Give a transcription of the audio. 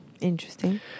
Interesting